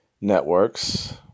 networks